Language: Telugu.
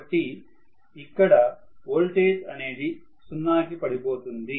కాబట్టి ఇక్కడ వోల్టేజ్ అనేది సున్నా కి పడిపోతుంది